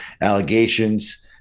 allegations